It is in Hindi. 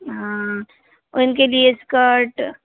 हाँ उनके लिए स्कर्ट